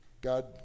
God